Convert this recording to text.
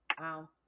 Wow